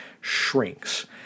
shrinks